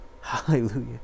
Hallelujah